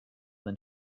than